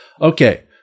Okay